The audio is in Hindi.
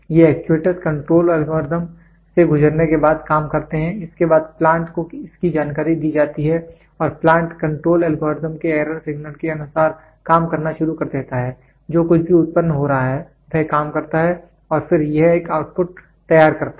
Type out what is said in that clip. तो ये एक्ट्यूएटर्स कंट्रोल एल्गोरिथ्म से गुजरने के बाद काम करते हैं इसके बाद प्लांट को इसकी जानकारी दी जाती है और प्लांट कंट्रोल एल्गोरिदम के एरर सिग्नल के अनुसार काम करना शुरू कर देता है जो कुछ भी उत्पन्न हो रहा है वह काम करता है और फिर यह एक आउटपुट तैयार करता है